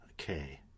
Okay